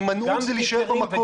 הימנעות זה להישאר במקום.